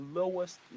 lowest